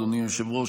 אדוני היושב-ראש,